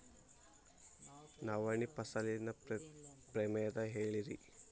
ನವಣಿ ಫಸಲಿನ ಪ್ರಭೇದ ಹೇಳಿರಿ